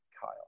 Kyle